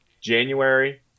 January